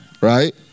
right